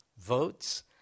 votes